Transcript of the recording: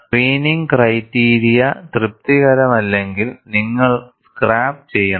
screening criteria തൃപ്തികരമല്ലെങ്കിൽ നിങ്ങൾ scrap ചെയ്യണം